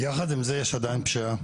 יחד עם זה יש עדיין פשיעה,